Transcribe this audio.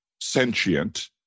sentient